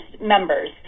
members